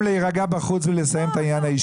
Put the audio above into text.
להירגע בחוץ ולסיים את העניין האישי.